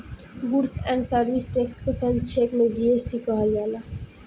goods and service tax के संक्षेप में जी.एस.टी कहल जाला